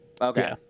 Okay